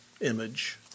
image